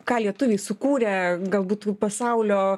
ką lietuviai sukūrė galbūt pasaulio